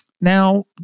Now